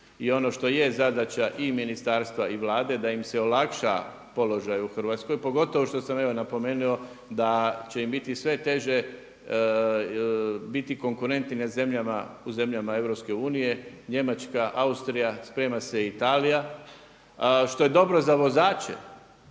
i ono što je zadaća i ministarstva i Vlade da im se olakša položaj u Hrvatskoj pogotovo što sam evo napomenuo da će im biti sve teže biti konkurentni u zemljama EU Njemačka, Austrija sprema se i Italija što je dobro za vozače.